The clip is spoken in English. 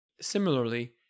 Similarly